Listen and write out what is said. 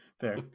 Fair